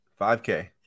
5K